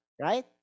right